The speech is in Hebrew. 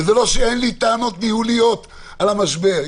וזה לא שאין לי טענות ניהוליות על משבר.